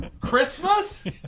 Christmas